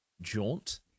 jaunt